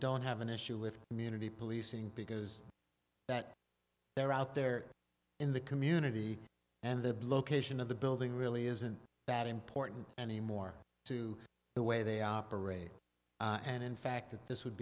don't have an issue with community policing because that they're out there in the community and the bloke asian of the building really isn't that important anymore to the way they operate and in fact that this would